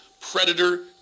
predator